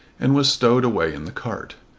and was stowed away in the cart.